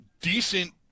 decent